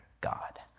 God